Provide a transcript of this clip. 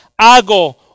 hago